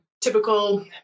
typical